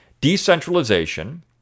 decentralization